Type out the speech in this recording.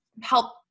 help